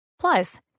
Plus